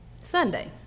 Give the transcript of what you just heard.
Sunday